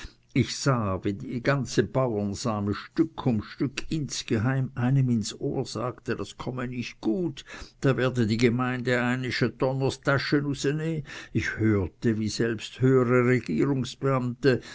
ich sah wie die ganze bauersame stück um stück insgeheim einem ins ohr sagte das komme nicht gut da werde die gemeinde einisch e donnerstäsche use näh ich hörte wie selbst höhere